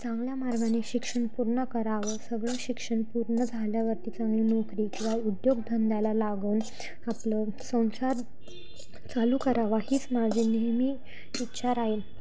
चांगल्या मार्गाने शिक्षण पूर्ण करावं सगळं शिक्षण पूर्ण झाल्यावरती चांगली नोकरी किंवा उद्योग धंद्याला लागून आपलं संसार चालू करावा हीच माझी नेहमी इच्छा राहील